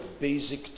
basic